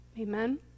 Amen